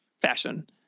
fashion